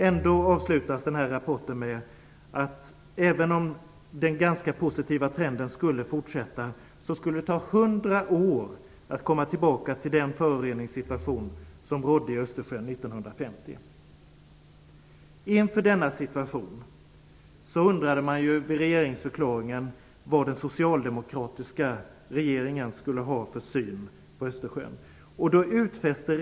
Ändå avslutas rapporten med att man säger att även om den positiva trenden skulle fortsätta skulle det ta hundra år att komma tillbaka till den föroreningssituation som rådde i Östersjön år 1950. Inför denna situation undrade man vad den socialdemokratiska regeringen skulle ha för syn på Östersjön i regeringsförklaringen.